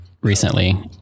recently